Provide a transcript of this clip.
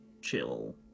Chill